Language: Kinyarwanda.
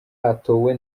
hatowe